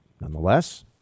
nonetheless